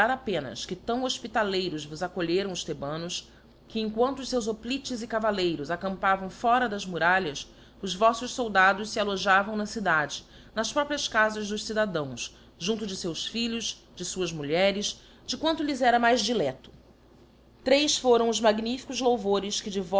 apenas que tão hofpitaleiros vos acolheram os thebanos que em quanto os feus hoplites e cavalleiros acampavam fora das muralhas os voítos foldados fe alojavam na cidade nas próprias caías dos cidadãos junto de feus filhos de fuás mulheres de quanto lhes era mais diledo três foram os magnificos louvores que